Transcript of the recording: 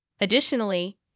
Additionally